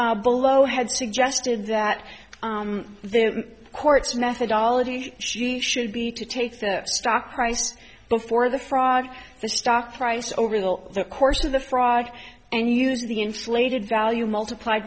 defense below had suggested that the courts methodology she should be to take the stock price before the fraud the stock price over the course of the fraud and use the inflated value multiplied